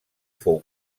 fou